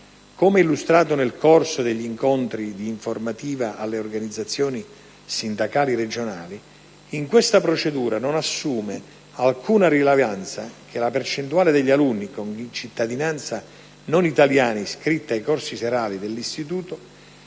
come illustrato nel corso degli incontri di informativa alle organizzazioni sindacali regionali, in questa procedura non assume alcuna rilevanza che la percentuale degli alunni con cittadinanza non italiana iscritti ai corsi serali dell'istituto